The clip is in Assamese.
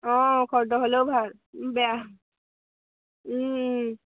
অঁ খৰদৰ হ'লেও ভাল বেয়া